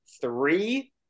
three